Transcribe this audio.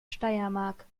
steiermark